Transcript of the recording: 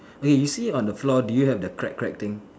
wait you see on the floor do you have the crack crack thing